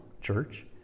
church